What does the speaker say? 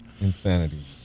Insanity